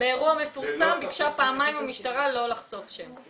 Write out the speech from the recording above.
באירוע מפורסם, ביקשה המשטרה פעמיים לא לחשוף שם.